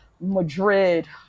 Madrid